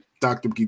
doctor